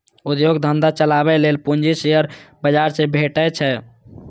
उद्योग धंधा चलाबै लेल पूंजी शेयर बाजार सं भेटै छै